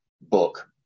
book